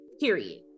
period